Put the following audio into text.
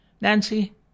Nancy